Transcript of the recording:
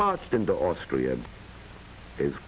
marched into austria i